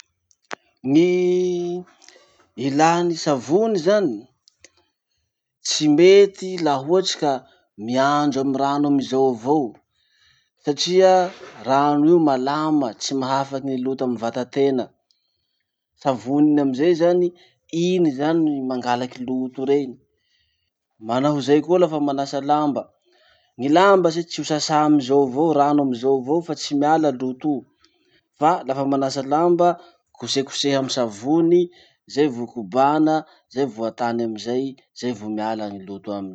Gny ilà ny savony zany. Tsy mety laha ohatsy ka miandro amy rano amizao avao satria rano io malama tsy mahafaky ny loto amy vatatena. Savony iny amizay zany, iny zany mangalaky loto rey. Manao hozay koa lafa manasa lamba. Gny lamba se tsy ho sasà amizao avao rano amizao avao fa tsy miala loto. Fa lafa manasa lamba, kosekosehy amy savony, zay vo kobana, zay vo atany amizay, zay vo miala gny loto aminy.